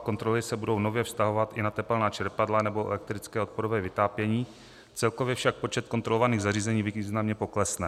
Kontroly se budou nově vztahovat i na tepelná čerpadla nebo elektrické odporové vytápění, celkově však počet kontrolovaných zařízení významně poklesne.